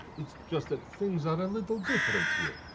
it's just that things are a little different here.